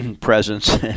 presence